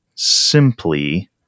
simply